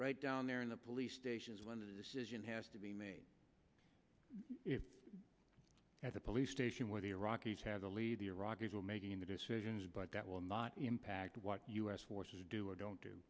right down there in the police stations when the decision has to be made at the police station where the iraqis have the lead the iraqis are making the decisions but that will not impact what u s forces do or don't do